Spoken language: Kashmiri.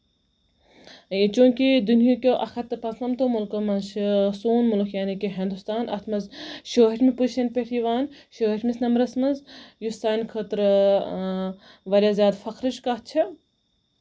چوٗنکہِ دُنہہِ کیو اکھ ہَتھ تہٕ پانٛژ نَمتو مُلکَو منٛز چھُ سون مُلُک یعنے کہِ ہِندوستان اَتھ منٛز ٲٹھمِس پُزِشَن پٮ۪ٹھ یِوان یہِ چھُ ٲٹھمِس نَمبرَس منٛز یُس سانہِ خٲطرٕ اۭں واریاہ زیادٕ فَکھرٕچ کَتھ چھےٚ